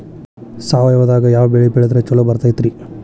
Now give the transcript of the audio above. ಸಾವಯವದಾಗಾ ಯಾವ ಬೆಳಿ ಬೆಳದ್ರ ಛಲೋ ಬರ್ತೈತ್ರಿ?